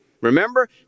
Remember